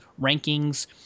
rankings